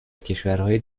کشورهای